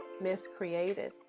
miscreated